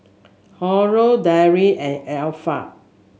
Haron Dara and Ariff